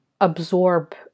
Absorb